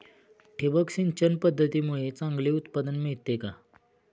ठिबक सिंचन पद्धतीमुळे चांगले उत्पादन मिळते का?